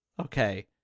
Okay